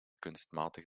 kunstmatig